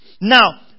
Now